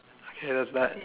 okay that's bad